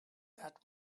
that